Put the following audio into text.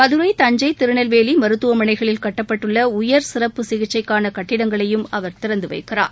மதுரை தஞ்சை திருநெல்வேலி மருத்தவமனைகளில் கட்டப்பட்டுள்ள உயர் சிறப்பு சிகிச்சைக்கான கட்டிடங்களையும் அவர் திறந்து வைக்கிறார்